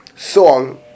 song